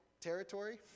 territory